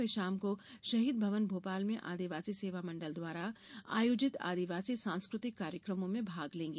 वे शाम को शहीद भवन भोपाल में आदिवासी सेवा मंडल द्वारा आयोजित आदिवासी सांस्कृतिक कार्यकमों में भाग लेंगी